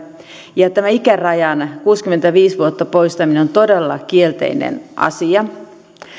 tämän ikärajan kuusikymmentäviisi vuotta poistaminen on todella kielteinen asia